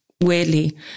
weirdly